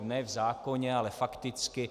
Ne v zákoně, ale fakticky.